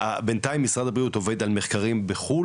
בינתיים משרד הבריאות עובד על מחקרים בחו"ל,